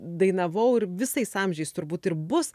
dainavau ir visais amžiais turbūt ir bus